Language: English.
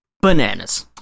Bananas